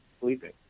sleeping